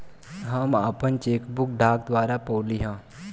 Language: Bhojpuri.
हम आपन चेक बुक डाक द्वारा पउली है